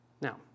Now